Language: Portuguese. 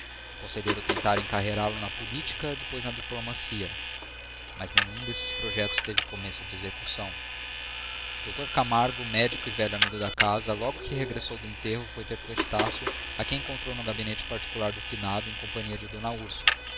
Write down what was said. conselheiro tentara encarreirá lo na política depois na diplomacia mas nenhum desses projetos teve começo de execução o dr camargo médico e velho amigo da casa logo que regressou do enterro foi ter com estácio a quem encontrou no gabinete particular do finado em companhia de d úrsula